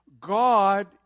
God